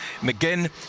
McGinn